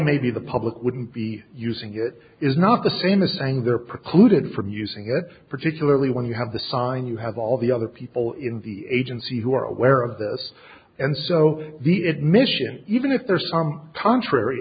maybe the public wouldn't be using it is not the same as saying they're precluded from using it particularly when you have the sign you have all the other people in the agency who are aware of this and so the admission even if there's some contrary